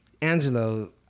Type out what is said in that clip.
Angelo